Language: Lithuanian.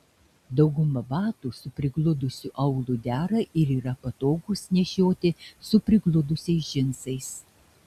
dauguma batų su prigludusiu aulu dera ir yra patogūs nešioti su prigludusiais džinsais